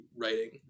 writing